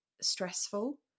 stressful